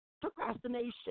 Procrastination